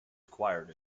acquired